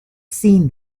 seen